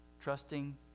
trusting